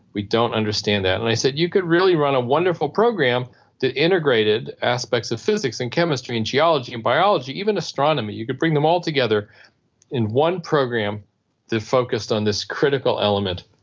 we don't understand that. and i said you could really run a wonderful program that integrated aspects of physics and chemistry and geology and biology, even astronomy, you could bring them all together in one program that focused on this critical element.